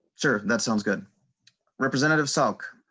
serve that sounds good representative sock.